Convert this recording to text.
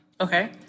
Okay